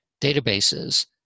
databases